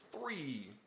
three